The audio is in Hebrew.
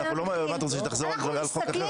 מה את רוצה, שהיא תחזור על חוק אחר?